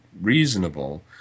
reasonable